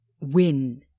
win